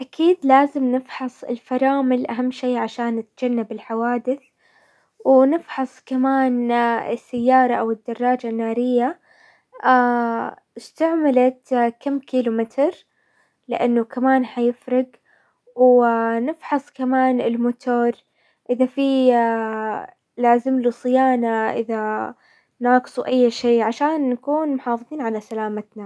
اكيد لازم نفحص الفرامل اهم شي عشان نتجنب الحوادث، ونفحص كمان السيارة او الدراجة النارية، استعملت كم كيلو متر، لانه كمان حيفرق، نفحص كمان الموتور اذا في لازم له صيانة، اذا ناقصه اي شي عشان نكون محافظين على سلامتنا.